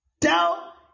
tell